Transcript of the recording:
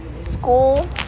school